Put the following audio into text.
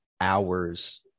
hours